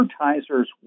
advertisers